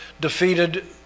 defeated